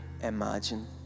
imagine